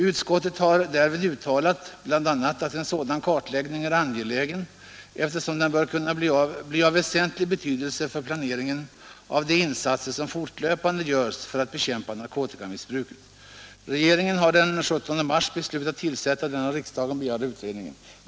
Utskottet har därvid bl.a. uttalat att en sådan kartläggning är angelägen eftersom den bör kunna bli av väsentlig betydelse för planeringen av de insatser som fortlöpande görs för att bekämpa narkotikamissbruket. Regeringen har den 17 mars beslutat tillsätta den av riksdagen begärda utredningen.